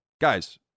guys